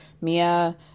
Mia